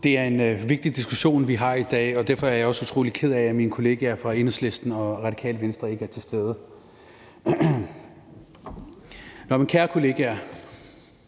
Det er en vigtig diskussion, vi har i dag, og derfor er jeg også utrolig ked af, at mine kolleger fra Enhedslisten og Radikale Venstre ikke er til stede.